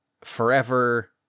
forever